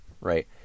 right